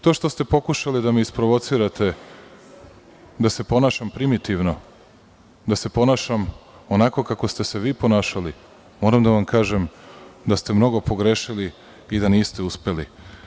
To što ste pokušali da me isprovocirate, da se ponašam primitivno, da se ponašam onako kako ste se vi ponašali, moram da vam kažem da ste mnogo pogrešili i da niste uspeli.